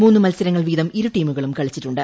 മൂന്ന് മത്സരങ്ങൾ വീതം ഇരു ടീമുകളും കളിച്ചിട്ടുണ്ട്